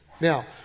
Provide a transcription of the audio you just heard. Now